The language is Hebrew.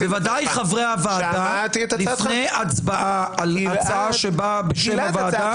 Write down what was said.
בוודאי חברי הוועדה לפני הצבעה על הצעה שבאה בשם הוועדה.